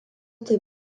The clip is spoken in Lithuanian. tai